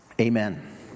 Amen